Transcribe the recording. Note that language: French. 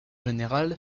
général